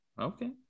Okay